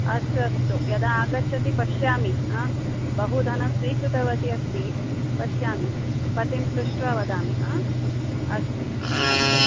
अस्तु अस्तु यदा आगच्छति पश्यामि हा बहु धनं स्वीकृतवती अस्ति पश्यामि पतिं पृष्ट्वा वदामि हा अस्तु अस्तु हा